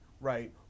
right